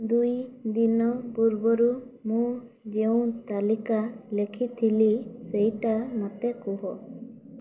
ଦୁଇଦିନ ପୂର୍ବରୁ ମୁଁ ଯେଉଁ ତାଲିକା ଲେଖିଥିଲି ସେଇଟା ମୋତେ କୁହ